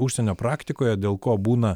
užsienio praktikoje dėl ko būna